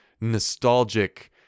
nostalgic